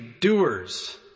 doers